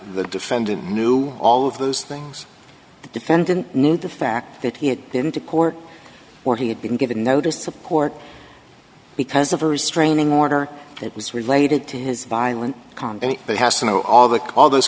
the defendant knew all of those things the defendant knew the fact that he had been to court or he had been given notice support because of a restraining order that was related to his violent content they have to know all the all those